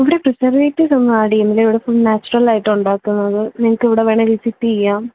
ഇവിടെ പ്രിസർവേറ്റിവ്സൊന്നും ആഡ് ചെയ്യുന്നില്ല ഇവിടെ ഫുൾ നാച്ചുറലായിട്ട് ഉണ്ടാക്കുന്നത് നിങ്ങൾക്ക് ഇവിടെ വേണേൽ വിസിറ്റ് ചെയ്യാം